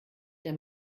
der